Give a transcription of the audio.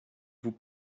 vous